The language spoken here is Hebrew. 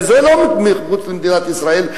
וזה לא מחוץ למדינת ישראל,